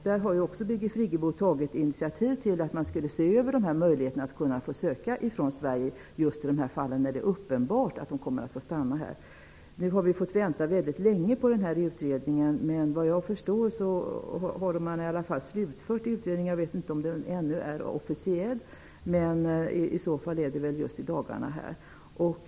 Birgit Friggebo har tagit initiativ till att se över möjligheterna att söka från Sverige just i de fall då det är uppenbart att de sökande kommer att få stanna. Vi har fått vänta väldigt länge på denna utredning, men såvitt jag förstår är den slutförd. Jag vet inte om den ännu är officiell -- om inte sker det just i dagarna.